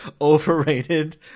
overrated